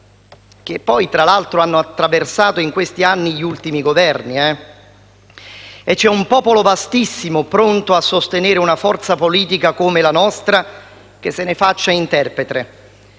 che, tra l'altro, hanno attraversato in questi anni gli ultimi Governi. C'è un popolo vastissimo pronto a sostenere una forza politica come la nostra che se ne faccia interprete.